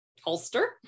holster